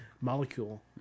molecule